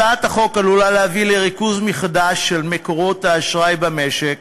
הצעת החוק עלולה להביא לריכוז מחדש של מקורות האשראי במשק